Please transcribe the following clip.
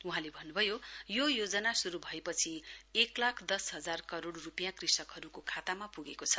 वहाँले भन्नुभयो योजना शुरु भएपछि एक लाख दस हजार करोड़ रुपियाँ कृषकहरूको खाता प्गेको छ